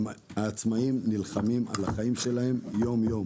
העצמאיים נלחמים על חייהם יום-יום.